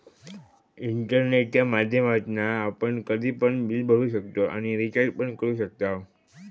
इंटरनेटच्या माध्यमातना आपण कधी पण बिल भरू शकताव आणि रिचार्ज पण करू शकताव